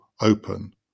open